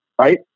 right